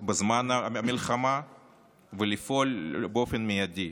בזמן המלחמה ולפעול מיידית.